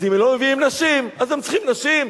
אז אם לא מביאים נשים, הם צריכים נשים.